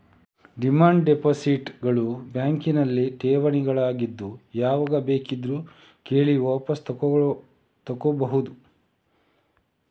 demand deposit ಗಳು ಬ್ಯಾಂಕಿನಲ್ಲಿ ಠೇವಣಿಗಳಾಗಿದ್ದು ಯಾವಾಗ ಬೇಕಿದ್ರೂ ಕೇಳಿ ವಾಪಸು ತಗೋಬಹುದು